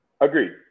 Agreed